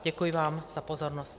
Děkuji vám za pozornost.